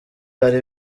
hari